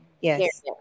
Yes